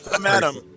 madam